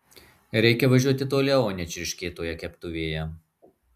reikia važiuoti toliau o ne čirškėt toje keptuvėje